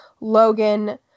Logan